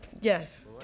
Yes